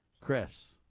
chris